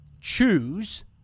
choose